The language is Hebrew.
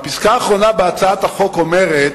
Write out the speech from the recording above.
והפסקה האחרונה בהצעת החוק אומרת,